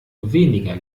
weniger